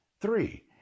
Three